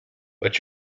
but